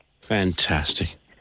Fantastic